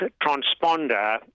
transponder